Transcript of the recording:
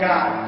God